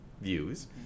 views